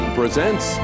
presents